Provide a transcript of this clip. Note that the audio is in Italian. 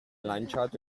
lanciato